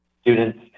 students